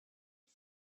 the